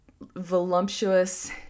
voluptuous